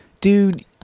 Dude